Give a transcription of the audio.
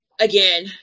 again